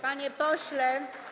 Panie pośle.